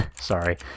Sorry